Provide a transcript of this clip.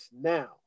now